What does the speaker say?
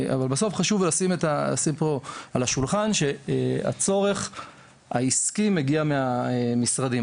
אבל בסוף חשוב לשים את הדברים על השולחן שהצורך העסקי מגיע מהמשרדים.